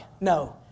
no